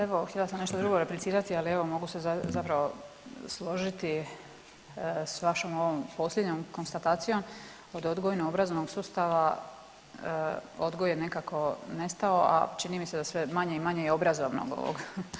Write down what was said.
Pa evo, htjela sam nešto drugo replicirati, ali evo, mogu se zapravo složiti s vašom ovom posljednjom konstatacijom kod odgojno-obrazovnog sustava, odgoj je nekako nestao, a čini mi se da sve manje i manje i obrazovnog ovog.